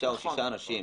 חמישה-שישה אנשים.